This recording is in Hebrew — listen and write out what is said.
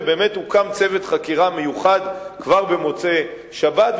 ובאמת הוקם צוות חקירה מיוחד כבר במוצאי שבת,